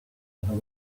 other